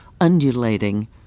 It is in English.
undulating